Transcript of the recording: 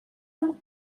amb